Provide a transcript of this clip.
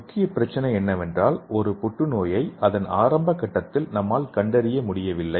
முக்கிய பிரச்சனை என்னவென்றால் ஒரு புற்றுநோயை அதன் ஆரம்ப கட்டத்தில் நம்மால் கண்டறிய முடியவில்லை